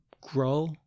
grow